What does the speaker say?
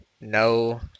no